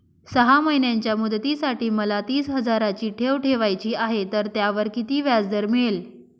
सहा महिन्यांच्या मुदतीसाठी मला तीस हजाराची ठेव ठेवायची आहे, तर त्यावर किती व्याजदर मिळेल?